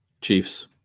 Chiefs